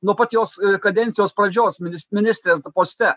nuo pat jos kadencijos pradžios minis ministrės poste